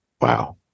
wow